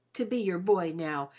to be your boy now,